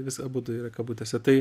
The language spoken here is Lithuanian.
vis abudu yra kabutėse tai